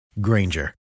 Granger